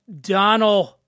Donald